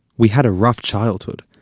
we had a rough childhood,